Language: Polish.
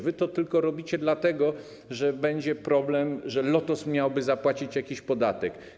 Wy to robicie tylko dlatego, że będzie problem, że Lotos miałby zapłacić jakiś podatek.